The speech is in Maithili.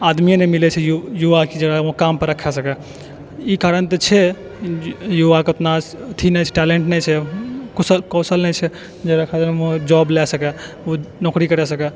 आदमिए नहि मिलै छै युवा कि जँ ओ कामपर रखै सकै ई कारण तऽ छै जे युवाके ओतना अथी नहि छै टेलेन्ट नहि छै कुशल कौशल नहि छै जे रखाबैमे जॉबलए सकै ओ नौकरी करि सकै